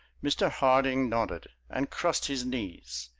mr. harding nodded and crossed his knees.